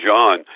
John